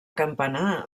campanar